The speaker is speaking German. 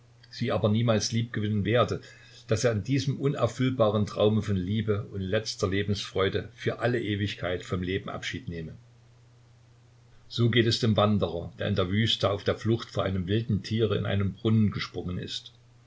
sie aber niemals liebgewinnen werde daß er in diesem unerfüllbaren traume von liebe und letzter lebensfreude für alle ewigkeit vom leben abschied nehme so geht es dem wanderer der in der wüste auf der flucht vor einem wilden tier in einen brunnen gesprungen ist